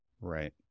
right